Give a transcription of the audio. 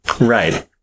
Right